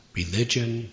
religion